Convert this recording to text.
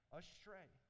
astray